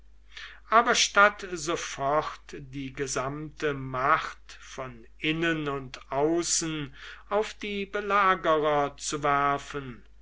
aber statt sofort die gesamte macht von innen und außen auf die belagerer zu werfen